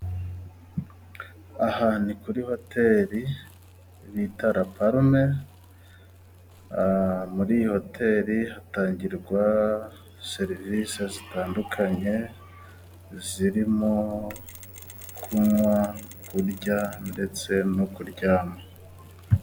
Aha ni kuri hoteri bita La palme, muri iyi hoteli hatangirwa serivisi zitandukanye, zirimo kunywa, kurya ndetse no kuryama.